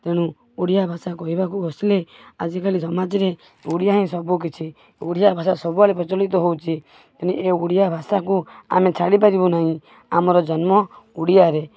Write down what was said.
ତେଣୁ ଓଡ଼ିଆ ଭାଷା କହିବାକୁ ବସିଲେ ଆଜିକାଲି ସମାଜରେ ଓଡ଼ିଆ ହିଁ ସବୁକିଛି ଓଡ଼ିଆ ଭାଷା ସବୁଆଡ଼େ ପ୍ରଚଳିତ ହେଉଛି ଏ ଓଡ଼ିଆ ଭାଷାକୁ ଆମେ ଛାଡ଼ି ପାରିବୁ ନାହିଁ ଆମର ଜନ୍ମ ଓଡ଼ିଆରେ